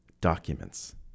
documents